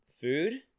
food